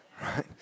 Right